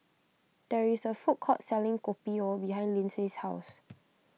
there is a food court selling Kopi O behind Lindsey's house